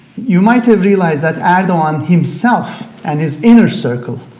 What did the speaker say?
you might have realized that erdogan himself and his inner circle